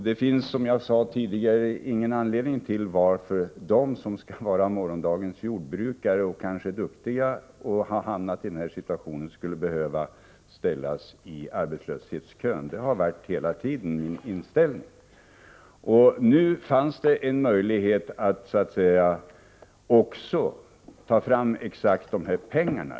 Det finns, som jag sade tidigare, ingen anledning till att kanske duktiga personer, som skall vara morgondagens jordbrukare men som har hamnat i denna svåra situation, skall behöva ställas i arbetslöshetskön. Det har hela tiden varit min inställning. Nu fanns det en möjlighet att också ta fram de här pengarna.